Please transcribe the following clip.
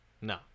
no